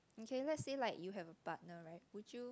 in cases still like you have a partner right would you